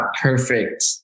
perfect